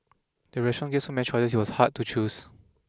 the restaurant gave so many choices that it was hard to choose